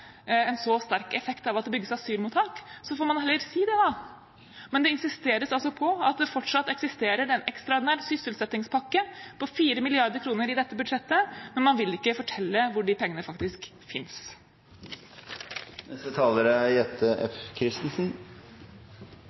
en så sterk effekt av at det bygges asylmottak, får man heller si det, da. Men det insisteres altså på at det fortsatt eksisterer en ekstraordinær sysselsettingspakke på 4 mrd. kr. i dette budsjettet, men man vil ikke fortelle hvor de pengene faktisk finnes. Norge er